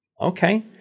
okay